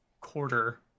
quarter